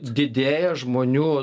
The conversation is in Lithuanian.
didėja žmonių